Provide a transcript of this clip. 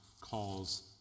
calls